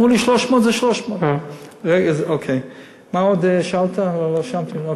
אמרו לי 300 זה 300. אני אשלח לך את הנתונים.